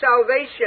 salvation